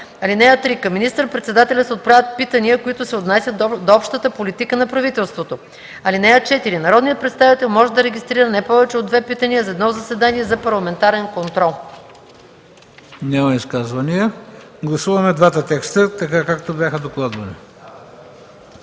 (3) Към министър-председателя се отправят питания, които се отнасят до общата политика на правителството. (4) Народният представител може да регистрира не повече от две питания за едно заседание за парламентарен контрол.” ПРЕДСЕДАТЕЛ ХРИСТО БИСЕРОВ: Няма изказвания. Гласуваме двата текста, както бяха докладвани.